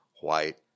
white